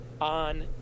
on